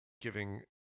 giving